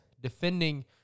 defending